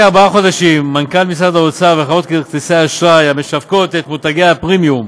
מנכ"ל משרד האוצר וחברות כרטיסי אשראי המשווקות את מותגי הפרמיום,